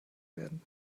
werden